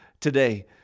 today